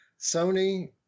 Sony